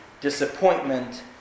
disappointment